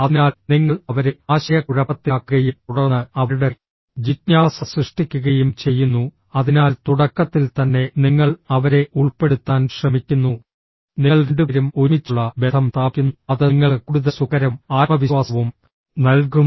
അതിനാൽ നിങ്ങൾ അവരെ ആശയക്കുഴപ്പത്തിലാക്കുകയും തുടർന്ന് അവരുടെ ജിജ്ഞാസ സൃഷ്ടിക്കുകയും ചെയ്യുന്നു അതിനാൽ തുടക്കത്തിൽ തന്നെ നിങ്ങൾ അവരെ ഉൾപ്പെടുത്താൻ ശ്രമിക്കുന്നു നിങ്ങൾ രണ്ടുപേരും ഒരുമിച്ചുള്ള ബന്ധം സ്ഥാപിക്കുന്നു അത് നിങ്ങൾക്ക് കൂടുതൽ സുഖകരവും ആത്മവിശ്വാസവും നൽകും